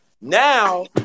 now